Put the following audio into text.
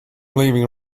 leaving